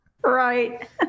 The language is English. Right